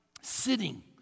sitting